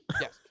Yes